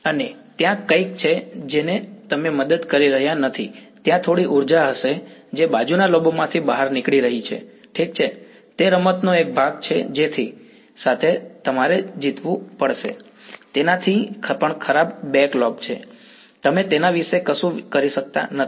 અને ત્યાં કંઈક છે જેને તમે મદદ કરી શકતા નથી ત્યાં થોડી ઊર્જા હશે જે બાજુના લોબમાંથી બહાર નીકળી રહી છે ઠીક છે તે રમતનો એક ભાગ છે જેની સાથે તમારે જીવવું પડશે અને તેનાથી પણ ખરાબ બેક લોબ છે તમે તેના વિશે કશું કરી શકતા નથી